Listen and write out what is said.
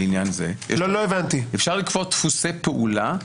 אפשר לקבוע דפוסי פעולה.